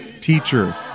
teacher